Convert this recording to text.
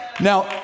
Now